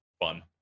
fun